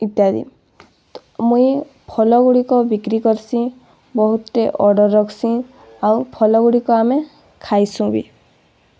ଇତ୍ୟାଦି ମୁଇଁ ଫଲଗୁଡ଼ିକ ବିକ୍ରି କର୍ସିଁ ବହୁତ୍ଟେ ଅର୍ଡ଼ର୍ ରଖ୍ସିଁ ଆଉ ଫଲଗୁଡ଼ିକ ଆମେ ଖାଏସୁଁ ବି